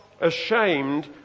ashamed